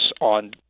on